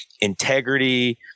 integrity